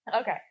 okay